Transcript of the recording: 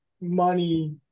money